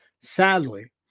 Sadly